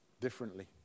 differently